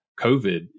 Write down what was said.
COVID